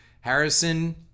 Harrison